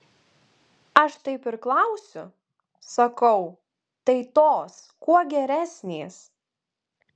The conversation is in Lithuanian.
aš taip ir klausiu sakau tai tos kuo geresnės